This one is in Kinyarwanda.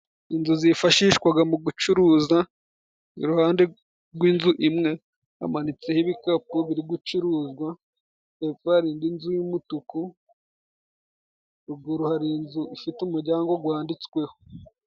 Inzu zifashishwa mu gucuruza, iruhande rw'inzu imwe hamanitseho ibikapu biri gucuruzwa, hepfo hari indi nzu y'umutuku, ruguru hari inzu ifite umuryango wanditsweho.